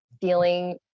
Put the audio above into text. feeling